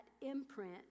imprint